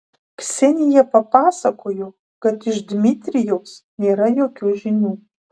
ksenija papasakojo kad iš dmitrijaus nėra jokių žinių